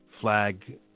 flag